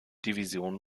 division